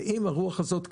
ואם הרוח הזאת קיימת,